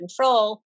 control